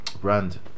brand